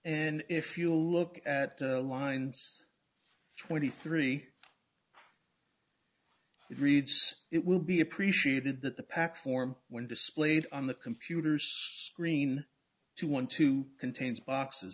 and if you look at the lines twenty three reads it will be appreciated that the pack form when displayed on the computers screen to one to contains boxe